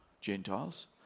Gentiles